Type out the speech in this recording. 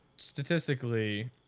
statistically